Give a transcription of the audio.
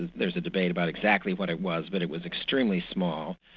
there's a debate about exactly what it was, but it was extremely small.